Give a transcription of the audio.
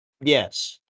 Yes